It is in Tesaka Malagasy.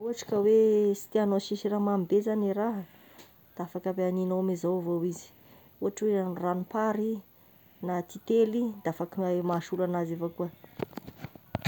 Raha ohatry ka oe sy tiagnao asi siramamy be zagny e raha, da afaky ampi- hanignao amin'izao avao izy, ohatry hoe ranom-pary, na titely da afaky mahasolo anazy avao akoa.